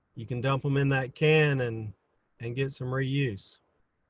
you can dump them in that can and and get some reuse.